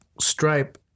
stripe